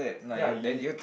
ya you